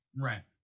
right